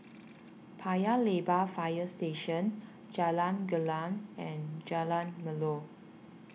Paya Lebar Fire Station Jalan Gelam and Jalan Melor